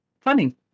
funny